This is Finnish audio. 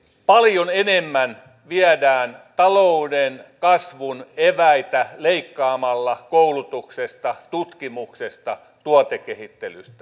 paljon enemmän viedään talouden kasvun eväitä leikkaamalla koulutuksesta tutkimuksesta tuotekehittelystä